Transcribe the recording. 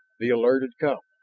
the alert had come,